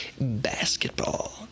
basketball